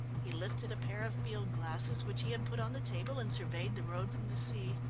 he lifted a pair of field glasses which he had put on the table, and surveyed the road from the sea.